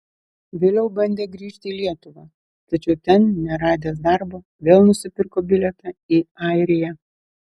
vėliau bandė grįžti į lietuvą tačiau ten neradęs darbo vėl nusipirko bilietą į airiją